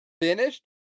finished